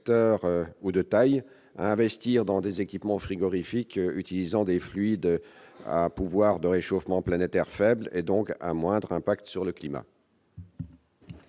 ni de taille, à investir dans des équipements frigorifiques utilisant des fluides à pouvoir de réchauffement planétaire faible, et donc à moindre impact sur le climat.